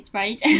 right